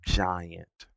giant